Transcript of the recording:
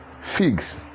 figs